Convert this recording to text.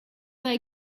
they